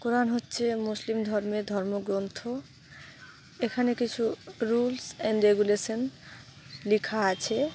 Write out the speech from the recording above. কোরানে হচ্ছে মুসলিম ধর্মের ধর্মগ্রন্থ এখানে কিছু রুলস অ্যান্ড রেগুলেশান লেখা আছে